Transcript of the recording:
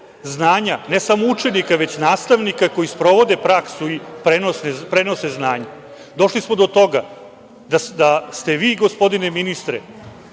znanja, ne samo učenika, već nastavnika koji sprovode prakse i prenose znanje. Došli smo do toga da ste vi, gospodine ministre,